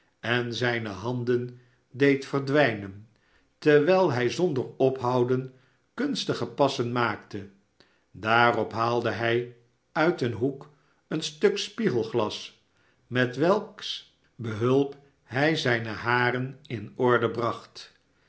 en zijne handen deed verdwijnen terwijl hij zonder ophouden kunstige passen maakte daarop haalde hij uit een hoek een stuk spiegelglas met welks behulp hij zijne haren in orde bracht